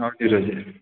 हजुर हजुर